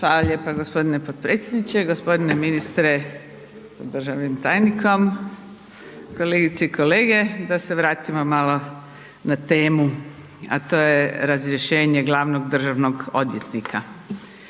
Hvala lijepa gospodine potpredsjedniče. Gospodine ministre s državnim tajnikom, kolegice i kolege, da se vratimo malo na temu, a to je razrješenje glavnog državnog odvjetnika.